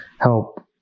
help